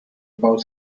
about